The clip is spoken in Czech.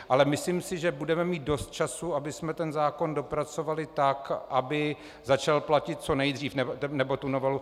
Ale myslím si, že budeme mít dost času, abychom ten zákon dopracovali tak, aby začal platit co nejdřív, nebo tu novelu.